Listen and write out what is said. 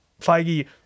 Feige